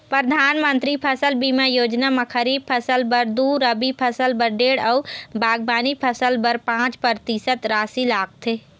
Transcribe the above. परधानमंतरी फसल बीमा योजना म खरीफ फसल बर दू, रबी फसल बर डेढ़ अउ बागबानी फसल बर पाँच परतिसत रासि लागथे